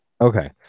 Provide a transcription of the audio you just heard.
Okay